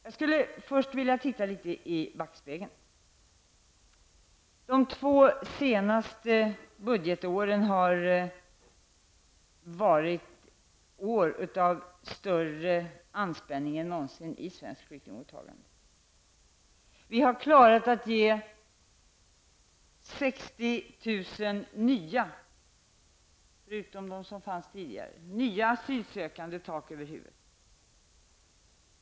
Jag skulle först vilja titta litet i backspegeln. De två senaste budgetåren har varit år av större anspänning än någonsin i svenskt flyktingmottagande. Vi har klarat att ge 60 000 nya asylsökande tak över huvudet.